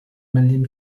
million